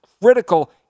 critical